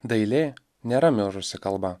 dailė nėra mirusi kalba